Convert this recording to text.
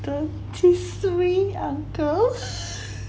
the three uncle